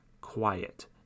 quiet